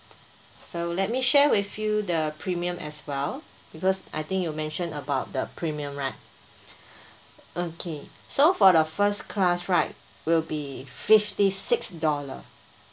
so let me share with you the premium as well because I think you mention about the premium right uh okay so for the first class right it'll be fifty six dollar